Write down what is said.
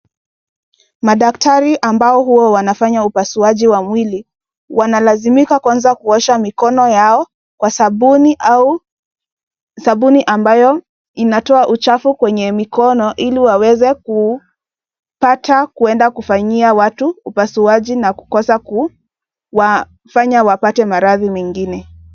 Madaktari ambao huwa wanafanya upasuaji wa mwili wanalazimika kwanza kuosha mikono yao kwa sabuni au sabuni ambayo inatoa uchafu kwenye mikono ili waweze kupata kwenda kufanyia watu upasuaji na kukosa kufanya wapate maradhi mengine.